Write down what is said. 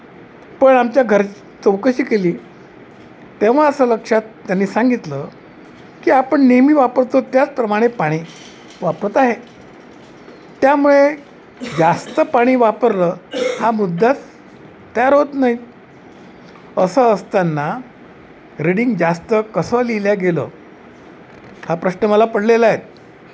पण आमच्या घर चौकशी केली तेव्हा असं लक्षात त्यांनी सांगितलं की आपण नेहमी वापरतो त्याचप्रमाणे पाणी वापरत आहे त्यामुळे जास्त पाणी वापरलं हा मुद्दाच तयार होत नाहीत असं असताना रेडिंग जास्त कसं लिहिलं गेलं हा प्रश्न मला पडलेला आहे